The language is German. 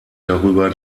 darüber